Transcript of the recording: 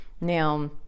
now